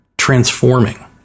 transforming